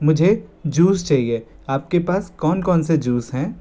मुझे जूस चाहिए आपके पास कौन कौन से जूस हैं